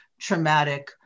traumatic